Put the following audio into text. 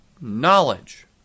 knowledge